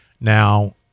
Now